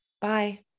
Bye